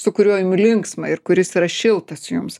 su kuriuo jum linksma ir kuris yra šiltas jums